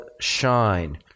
shine